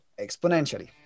exponentially